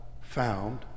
found